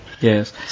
Yes